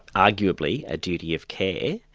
arguably, a duty of care,